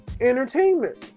entertainment